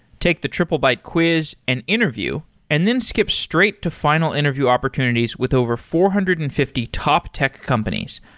take the triplebyte quiz and interview and then skip straight to final interview opportunities with over four hundred and fifty top tech companies,